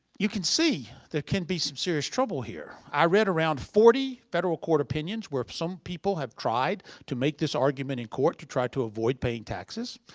you can see, there can be some serious trouble here. i read around forty federal court opinions where some people have tried to make this argument in court, to try to avoid paying taxes.